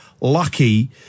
Lucky